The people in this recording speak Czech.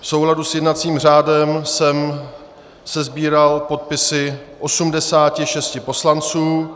V souladu s jednacím řádem jsem sesbíral podpisy 86 poslanců.